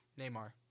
Neymar